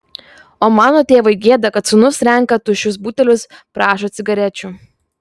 o mano tėvui gėda kad sūnus renka tuščius butelius prašo cigarečių